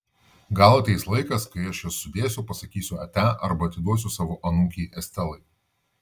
gal ateis laikas kai aš jas sudėsiu pasakysiu ate arba atiduosiu savo anūkei estelai